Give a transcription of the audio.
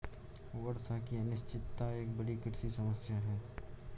वर्षा की अनिश्चितता एक बड़ी कृषि समस्या है